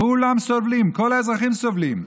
כולם סובלים, כל האזרחים סובלים,